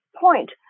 point